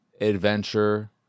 adventure